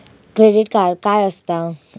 Credit card काय असता?